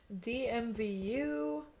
DMVU